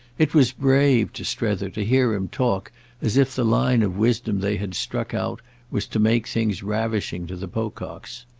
it was brave to strether to hear him talk as if the line of wisdom they had struck out was to make things ravishing to the pococks.